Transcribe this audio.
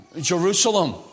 Jerusalem